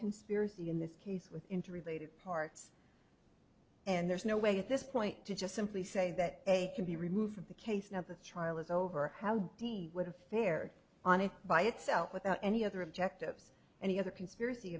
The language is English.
conspiracy in this case with interrelated parts and there's no way at this point to just simply say that they can be removed from the case now the trial is over how d would a fare on it by itself without any other objectives and the other conspiracy